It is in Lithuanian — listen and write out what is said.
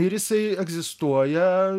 ir jisai egzistuoja